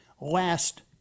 Last